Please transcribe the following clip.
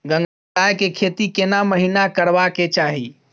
गंगराय के खेती केना महिना करबा के चाही?